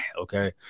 Okay